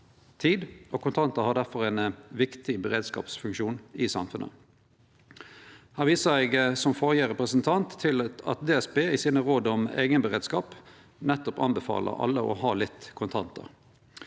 tid, og kontantar har difor ein viktig beredskapsfunksjon i samfunnet. Her viser eg, som førre representant, til at DSB i sine råd om eigenberedskap nettopp anbefaler alle å ha litt kontantar.